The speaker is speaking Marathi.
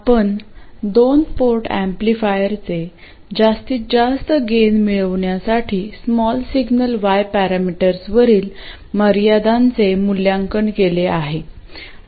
आपण दोन पोर्ट एम्पलीफायरचे जास्तीत जास्त गेन मिळवण्यासाठी स्मॉल सिग्नल y पॅरामीटर्सवरील मर्यादांचे मूल्यांकन केले आहे